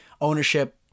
Ownership